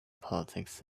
politics